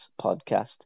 podcast